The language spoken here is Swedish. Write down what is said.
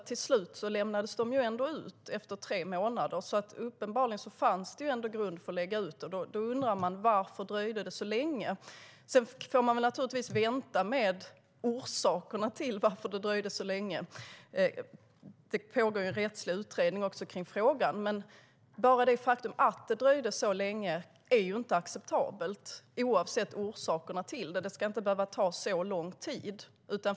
Till slut - efter tre månader - lämnades de ändå ut, så uppenbarligen fanns det grund för att lämna ut dem. Då undrar man varför det dröjde så länge. Sedan får man väl naturligtvis vänta med orsakerna till att det dröjde så länge - det pågår en rättslig utredning i frågan - men bara det faktum att det dröjde så länge är oacceptabelt, oavsett orsakerna till det. Det ska inte behöva ta så lång tid.